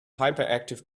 hyperactive